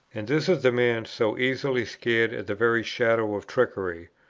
and this is the man, so easily scared at the very shadow of trickery,